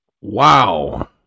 Wow